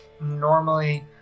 normally